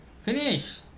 Finish